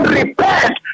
repent